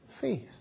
faith